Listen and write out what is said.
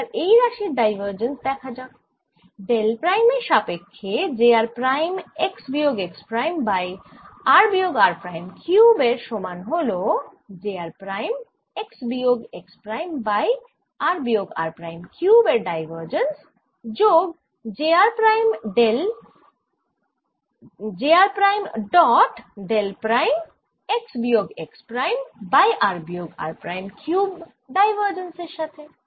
এবারএই রাশির ডাইভার্জেন্স দেখা যাক ডেল প্রাইম এর সাপেক্ষ্যে j r প্রাইম x বিয়োগ x প্রাইম বাই r বিয়োগ r প্রাইম কিউব এর সমান হল j r প্রাইম x বিয়োগ x প্রাইম বাই r বিয়োগ r প্রাইম কিউব এর ডাইভার্জেন্স যোগ j r prime dot del prime x বিয়োগ x প্রাইম বাই r বিয়োগ r প্রাইম কিউব ডাইভার্জেন্স এর সাথে